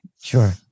Sure